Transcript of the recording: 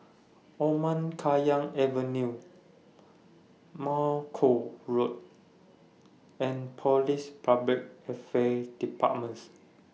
Omar Khayyam Avenue Malcolm Road and Police Public Affairs Departments